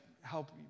help